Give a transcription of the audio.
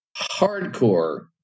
hardcore